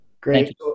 great